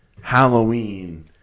Halloween